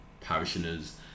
parishioners